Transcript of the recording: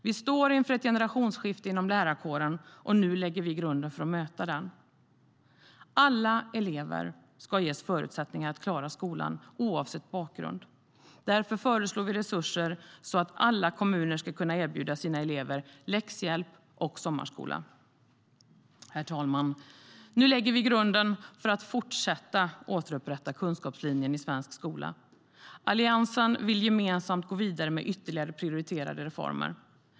Vi står inför ett generationsskifte inom lärarkåren, och nu lägger vi grunden för att möta det. Herr talman! Nu lägger vi grunden för att fortsätta att återupprätta kunskapslinjen i svensk skola. Alliansen vill gemensamt gå vidare med ytterligare prioriterade reformer.